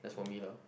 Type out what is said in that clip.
that's for me lah